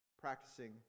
practicing